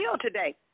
today